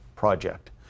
Project